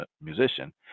musician